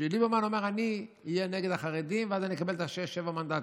שליברמן אומר: אני אהיה נגד החרדים ואז אני אקבל שישה-שבעה מנדטים.